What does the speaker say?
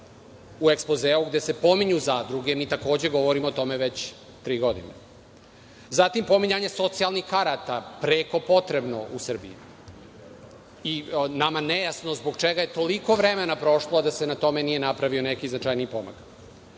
u ekspozeu gde se pominju zadruge. Mi takođe, govorimo o tome već tri godine. Zatim, pominjanje socijalnih karata, preko potrebno u Srbiji i nama nejasno zbog čega je toliko vremena prošlo, a da se na tome nije napravio neki značajniji pomak.